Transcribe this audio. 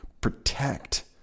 protect